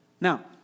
Now